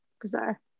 bizarre